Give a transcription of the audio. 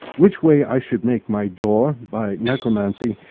which way i should make my door, by necromancy,